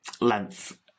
length